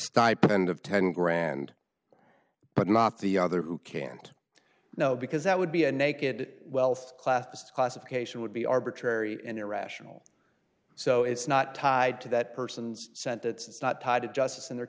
stipend of ten grand but not the other who can't know because that would be a naked wealth class classification would be arbitrary and irrational so it's not tied to that person's scent it's not tied to justice in their